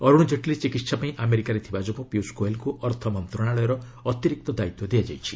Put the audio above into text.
ଅରୁଣ ଜେଟ୍ଲୀ ଚିକିତ୍ସା ପାଇଁ ଆମେରିକାରେ ଥିବା ଯୋଗୁଁ ପିୟୁଷ ଗୋଏଲ୍ଙ୍କୁ ଅର୍ଥମନ୍ତ୍ରଶାଳୟର ଅତିରିକ୍ତ ଦାୟିତ୍ୱ ଦିଆଯାଇଛି